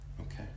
Okay